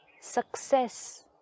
success